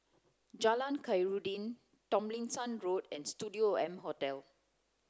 Jalan Khairuddin Tomlinson Road and Studio M Hotel